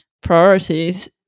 priorities